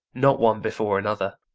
not one before another.